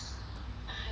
ah I don't even wanna like